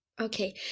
Okay